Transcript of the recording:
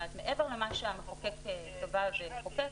מעבר למה שהמחוקק קבע וחוקק,